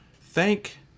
Thank